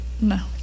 No